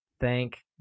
Thank